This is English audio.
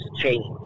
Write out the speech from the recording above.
change